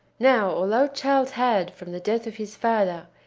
now, although charles had, from the death of his father,